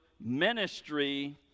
ministry